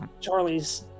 Charlie's